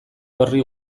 horri